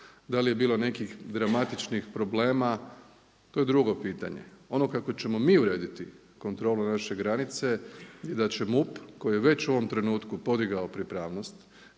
Da li je bilo nekih dramatičnih problema? To je drugo pitanje. Ono kako ćemo mi urediti kontrolu naše granice je da će MUP koji je već u ovom trenutku podigao pripravnost,